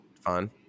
fun